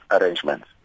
arrangements